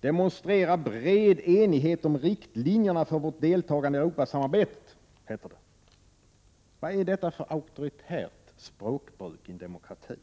Demonstrera ”bred enighet om riktlinjerna för vårt deltagande i Europa-samarbetet”! heter det. Vad är detta för auktoritärt språkbruk i en demokrati?